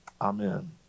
Amen